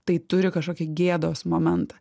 tai turi kažkokį gėdos momentą